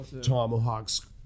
Tomahawks